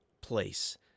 place